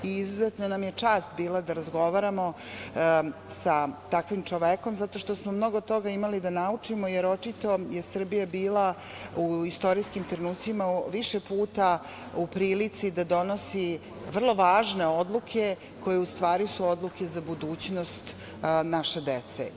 Izuzetna nam je čast bila da razgovaramo sa takvim čovekom zato što smo mnogo toga imali da naučimo, jer očito je Srbija bila u istorijskim trenucima više puta u prilici da donosi vrlo važne odluke koje su u stvari odluke za budućnost naše dece.